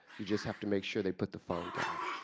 you just have to make sure they put the phone down.